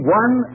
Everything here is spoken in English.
one